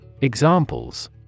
Examples